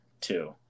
two